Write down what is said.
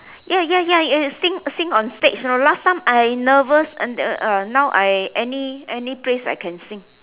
ya ya ya ya sing sing on stage ah last time I nervous uh now I any any place I can sing